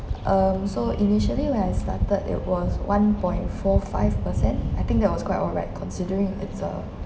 um so initially when I started it was one point four five percent I think that was quite alright considering it's a